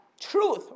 truth